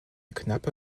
knappe